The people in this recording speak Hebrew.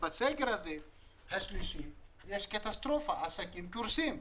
בסגר השלישי יש קטסטרופה, עסקים קורסים.